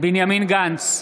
בנימין גנץ,